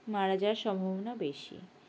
মারা যাওয়ার সম্ভাবনা বেশি